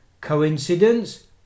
Coincidence